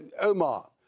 Omar